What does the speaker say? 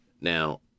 Now